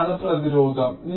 ഇവയാണ് പ്രതിരോധം